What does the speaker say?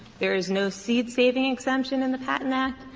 there is no seed saving exemption in the patent act,